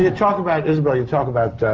you talk about. isabelle, you talk about